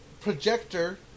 projector